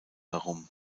herum